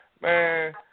man